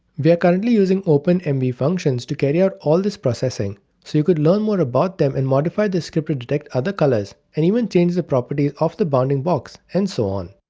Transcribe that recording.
we are currently using openmv and functions to carry out all this processing so you could learn more about them and modify the script to detect other colours and even change the properties of the bounding box and so on.